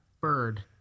bird